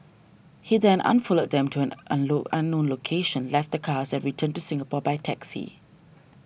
he then unfollowed them to an unknown unknown location left the cars and returned to Singapore by taxi